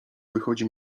wychodzi